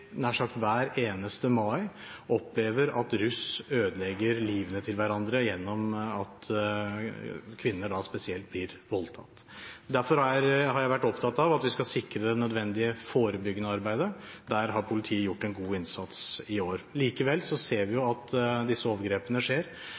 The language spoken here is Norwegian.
nær sagt hver eneste mai opplever at russ ødelegger livet til hverandre gjennom at kvinner, spesielt, blir voldtatt. Derfor har jeg vært opptatt av at vi skal sikre det nødvendige forebyggende arbeidet. Der har politiet gjort en god innsats i år. Likevel ser vi